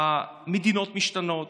מדינות משתנות,